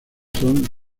son